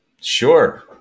Sure